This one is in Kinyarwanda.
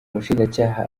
umushinjacyaha